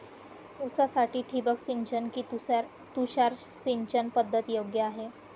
ऊसासाठी ठिबक सिंचन कि तुषार सिंचन पद्धत योग्य आहे?